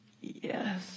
Yes